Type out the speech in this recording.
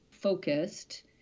focused